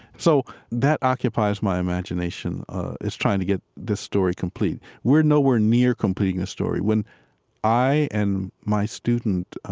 so that occupies my imagination as trying to get this story complete we're nowhere near completing the story. when i and my student,